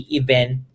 event